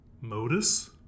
Modus